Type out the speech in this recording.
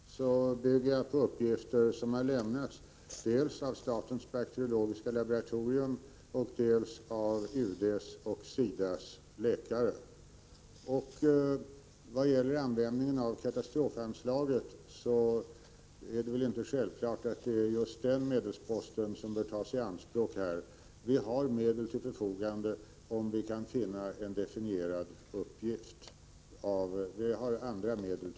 Herr talman! När jag säger ”såvitt man vet” bygger jag på uppgifter som har lämnats dels av statens bakteriologiska laboratorium, dels av UD:s och SIDA:s läkare. I vad gäller användningen av katastrofanslaget är det väl inte självklart att det är just den medelsposten som bör tas i anspråk här. Vi har andra medel till förfogande, om vi kan finna en definierad uppgift.